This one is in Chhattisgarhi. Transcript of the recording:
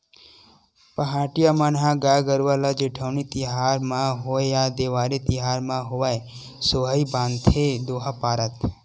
पहाटिया मन ह गाय गरुवा ल जेठउनी तिहार म होवय या देवारी तिहार म होवय सोहई बांधथे दोहा पारत